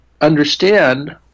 understand